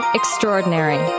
extraordinary